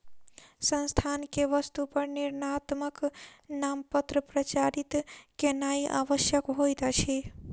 संस्थान के वस्तु पर वर्णात्मक नामपत्र प्रचारित केनाई आवश्यक होइत अछि